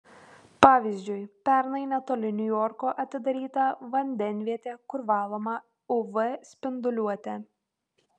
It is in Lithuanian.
pavyzdžiui pernai netoli niujorko atidaryta vandenvietė kur valoma uv spinduliuote